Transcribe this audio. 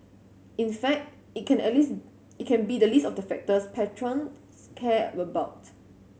in fact it can earlies it can be the least of the factors patrons care about